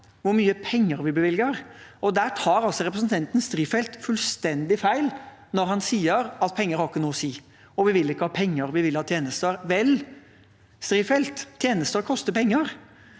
hvor mye penger vi bevilger, og der tar representanten Strifeldt fullstendig feil når han sier at penger ikke har noe å si, og at vi ikke vil ha penger, vi vil ha tjenester. Vel, til Strifeldt: Tjenester koster penger,